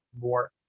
more